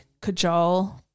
cajole